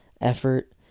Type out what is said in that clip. effort